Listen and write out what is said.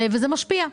וזה משפיע.